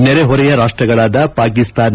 ನೆರೆ ಹೊರೆಯ ರಾಷ್ಲಗಳಾದ ಪಾಕಿಸ್ತಾನ